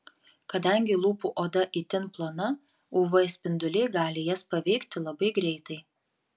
kadangi lūpų oda itin plona uv spinduliai gali jas paveikti labai greitai